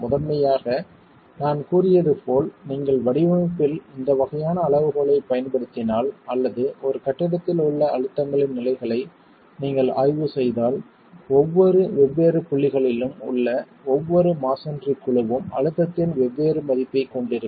முதன்மையாக நான் கூறியது போல் நீங்கள் வடிவமைப்பில் இந்த வகையான அளவுகோலைப் பயன்படுத்தினால் அல்லது ஒரு கட்டிடத்தில் உள்ள அழுத்தங்களின் நிலைகளை நீங்கள் ஆய்வு செய்தால் ஒவ்வொரு வெவ்வேறு புள்ளிகளிலும் உள்ள ஒவ்வொரு மஸோன்றி குழுவும் அழுத்தத்தின் வெவ்வேறு மதிப்பைக் கொண்டிருக்கும்